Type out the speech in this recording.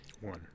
One